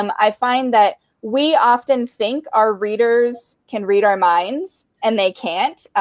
um i find that we often think our readers can read our minds. and they can't.